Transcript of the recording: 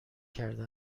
کرده